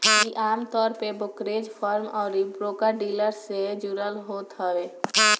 इ आमतौर पे ब्रोकरेज फर्म अउरी ब्रोकर डीलर से जुड़ल होत हवे